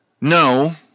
No